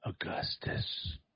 Augustus